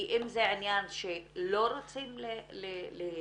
כי אם זה עניין שלא רוצים להתערב,